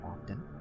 often